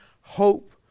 hope